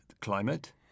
climate